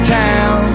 town